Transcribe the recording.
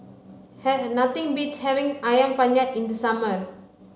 have nothing beats having ayam penyet in the summer